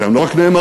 והם לא רק נאמרים,